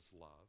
love